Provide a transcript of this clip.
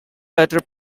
letter